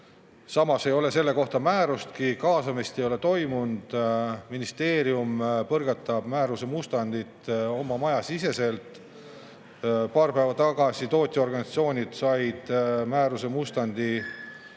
Samas ei ole selle kohta määrustki, kaasamist ei ole toimunud. Ministeerium põrgatas määruse mustandit oma maja siseselt. Paar päeva tagasi said tootjaorganisatsioonid määruse mustandi